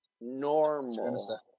Normal